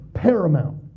paramount